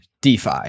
DeFi